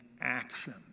action